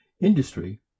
industry